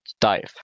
dive